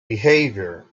behaviour